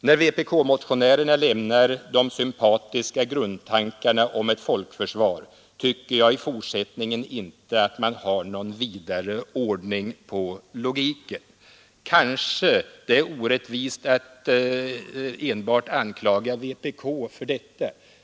När vpk-motionärerna lämnar de sympatiska grundtankarna om ett folkförsvar tycker jag inte att de i fortsättningen har någon vidare ordning på logiken. Kanske det är orättvist att enbart anklaga vpk för detta.